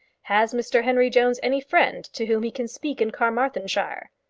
has mr henry jones any friend to whom he can speak in carmarthenshire?